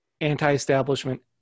anti-establishment